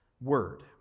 word